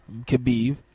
Khabib